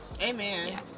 Amen